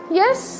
yes